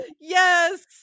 Yes